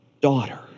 daughter